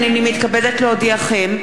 הנני מתכבדת להודיעכם,